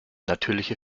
natürliche